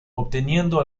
obteniendo